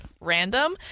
random